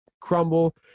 crumble